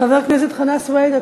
חבר הכנסת חנא סוייד,